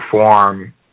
perform